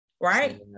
right